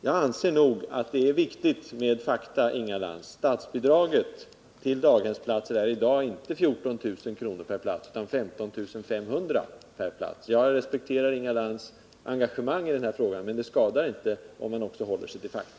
Jag anser, Inga Lantz, att det är viktigt att inte sprida felaktiga uppgifter. Statsbidraget till daghemsplatser är i dag inte 14 000 utan 15 500 per plats. Jag respekterar Inga Lantz engagemang i denna fråga, men det skadar inte om hon också håller sig till fakta.